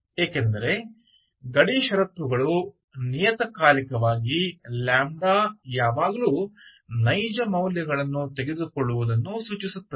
ಏಕೆಂದರೆ ಗಡಿ ಷರತ್ತುಗಳು ನಿಯತಕಾಲಿಕವಾಗಿ λ ಯಾವಾಗಲೂ ನೈಜ ಮೌಲ್ಯಗಳನ್ನು ತೆಗೆದುಕೊಳ್ಳುವುದನ್ನು ಸೂಚಿಸುತ್ತವೆ